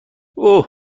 اوه